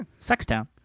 Sextown